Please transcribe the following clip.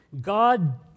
God